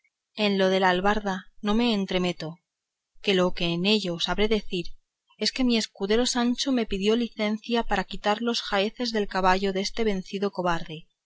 en lo del albarda no me entremeto que lo que en ello sabré decir es que mi escudero sancho me pidió licencia para quitar los jaeces del caballo deste vencido cobarde